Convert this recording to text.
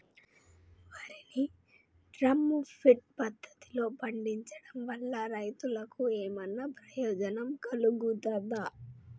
వరి ని drum feed పద్ధతిలో పండించడం వల్ల రైతులకు ఏమన్నా ప్రయోజనం కలుగుతదా?